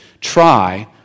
Try